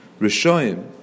Rishoyim